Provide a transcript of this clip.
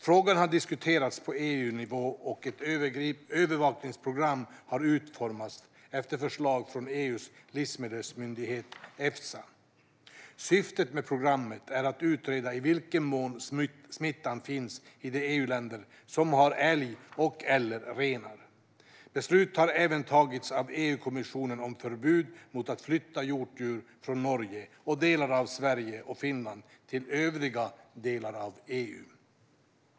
Frågan har diskuterats på EU-nivå, och ett övervakningsprogram har utformats efter förslag från EU:s livsmedelsmyndighet Efsa. Syftet med programmet är att utreda i vilken mån smittan finns i de EU-länder som har älgar och/eller renar. Beslut har även tagits av EU-kommissionen om förbud mot att flytta hjortdjur från Norge och delar av Sverige och Finland till övriga delar av EU.